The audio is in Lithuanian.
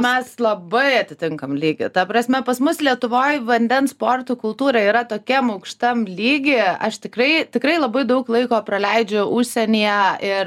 mes labai atitinkam lygi ta prasme pas mus lietuvoj vandens sportų kultūra yra tokiam aukštam lygy aš tikrai tikrai labai daug laiko praleidžiau užsienyje ir